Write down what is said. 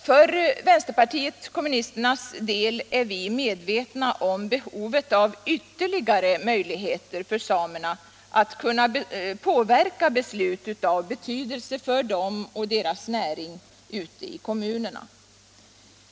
För vänsterpartiet kommunisternas del är vi medvetna om behovet av ytterligare möjligheter för samerna att påverka beslut ute i kommunerna av betydelse för dem och deras näring.